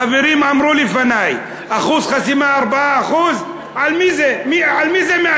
חברים אמרו לפני: אחוז חסימה 4% על מי זה מאיים?